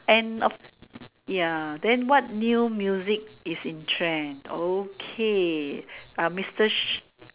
and of ya then what new music is in trend okay uh Mister s~